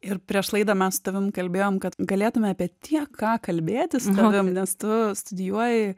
ir prieš laidą mes su tavim kalbėjom kad galėtume apie tiek ką kalbėti su tavim nes tu studijuoji